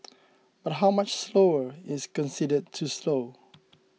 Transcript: but how much slower is considered too slow